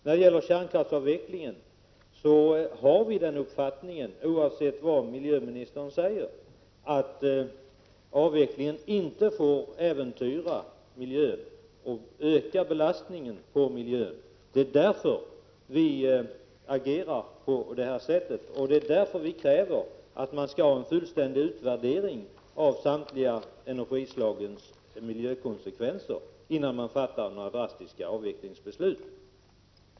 När det gäller kärnkraftsavvecklingen har vi uppfattningen, oavsett vad miljöministern säger, att avvecklingen inte får äventyra miljön och öka belastningen på miljön. Det är därför som vi agerar på detta sätt, och det är därför som vi kräver att man skall ha en fullständig utvärdering av samtliga energislags miljökonsekvenser innan man fattar några drastiska avvecklingsbeslut.